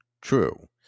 true